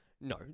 No